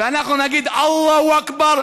אני הסתכלתי על איתן כבל,